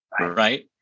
right